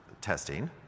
testing